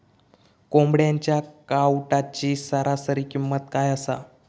कोंबड्यांच्या कावटाची सरासरी किंमत काय असा?